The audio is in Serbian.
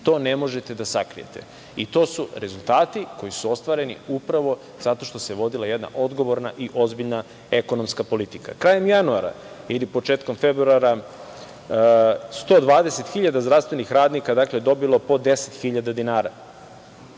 To ne možete da sakrijete. I to su rezultati koji su ostvareni upravo zato što se vodila jedna odgovorna i ozbiljna ekonomska politika. Krajem januara ili početkom februara 120.000 zdravstvenih radnika dobilo je po 10.000 dinara.